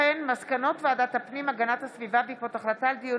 מסקנות ועדת הפנים והגנת הסביבה בעקבות דיון